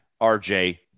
RJ